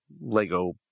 Lego